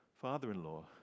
father-in-law